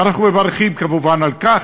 אנחנו מברכים כמובן על כך,